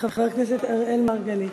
וחבר הכנסת אראל מרגלית.